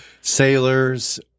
sailors